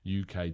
UK